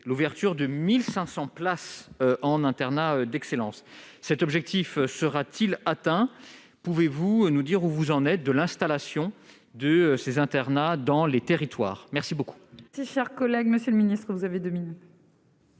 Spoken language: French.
l'ouverture de 1 500 places en internat d'excellence. Cet objectif sera-t-il atteint ? Pouvez-vous nous dire où en est l'installation de ces internats dans les territoires ? La parole